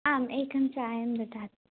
आम् एकं चायं ददातु